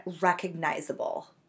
recognizable